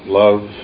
love